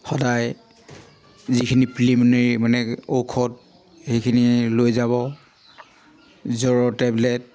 সদায় যিখিনি প্ৰিলিমিনেৰি মানে ঔষধ সেইখিনি লৈ যাব জ্বৰৰ টেবলেট